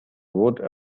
what